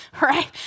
right